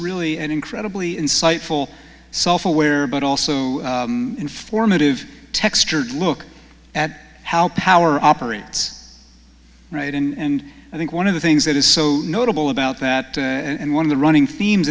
really an incredibly insightful self aware but also informative textured look at how power operates right and i think one of the things that is so notable about that and one of the running themes